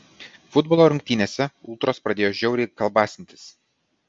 futbolo rungtynėse ultros pradėjo žiauriai kalbasintis